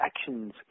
actions